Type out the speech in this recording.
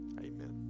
Amen